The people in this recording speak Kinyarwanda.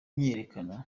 myiyerekano